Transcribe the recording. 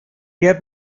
hier